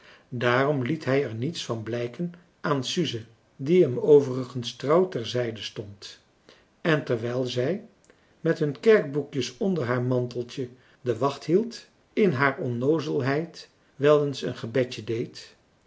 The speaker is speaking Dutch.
daarom liet hij er niets van blijken aan suze die hem overigens trouw ter zijde stond en terwijl zij met hun kerkboekjes onder haar manteltje de wacht hield in haar onnoozelheid wel eens een gebedje deed